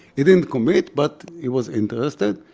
he didn't commit but he was interested.